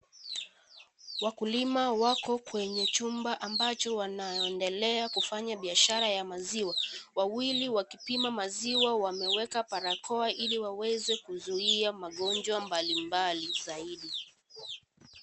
Wakulima wako kwenye chumba ambacho wanaendelea kufanya biashara ya maziwa. Wawili wakipima maziwa, wameweka barakoa Ili waweze kuzuia magonjwa mbalimbali zaidi.